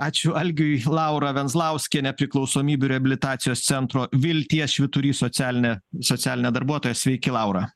ačiū algiui laura venzlauskienė priklausomybių reabilitacijos centro vilties švyturys socialinė socialinė darbuotoja sveiki laura